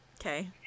okay